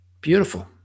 beautiful